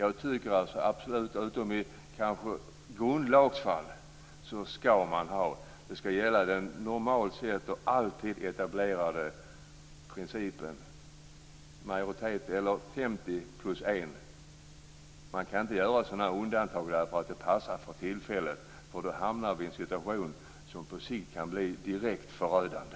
I alla fall utom kanske i grundlagsfall skall den etablerade principen gälla, dvs. 50 % plus 1 %. Man kan inte göra sådana här undantag därför att de passar för tillfället. Då hamnar vi i en situation som på sikt kan bli direkt förödande.